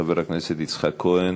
חבר הכנסת יצחק כהן.